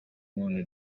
ubundi